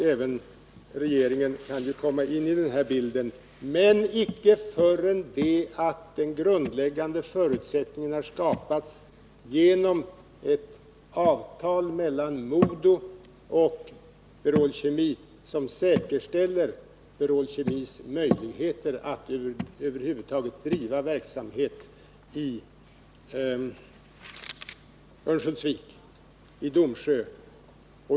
Även regeringen kan komma in i den här bilden — men icke förrän den grundläggande förutsättningen har skapats genom ett avtal mellan MoDo och Berol Kemi som säkerställer Berol Kemis möjligheter att över huvud taget driva verksamhet i Domsjö.